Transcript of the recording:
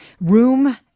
room